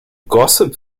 gossip